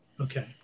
okay